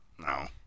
No